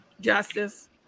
Justice